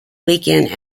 weekend